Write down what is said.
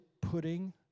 putting